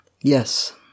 Yes